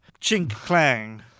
Chink-clang